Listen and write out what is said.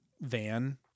van